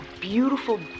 beautiful